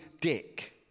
Dick